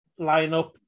lineup